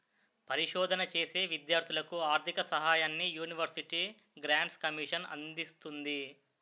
పరిశోధన చేసే విద్యార్ధులకు ఆర్ధిక సహాయాన్ని యూనివర్సిటీ గ్రాంట్స్ కమిషన్ అందిస్తుంది